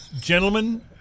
Gentlemen